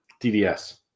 DDS